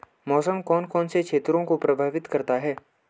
मौसम कौन कौन से क्षेत्रों को प्रभावित करता है?